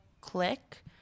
click